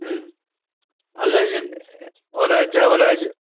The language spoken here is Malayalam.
അല്ല ഞാൻ ഒരാഴ്ച ഒരാഴ്ച